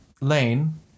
Lane